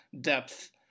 depth